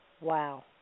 Wow